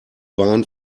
bahn